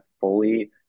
fully